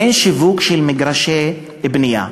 אין שיווק של מגרשי בנייה,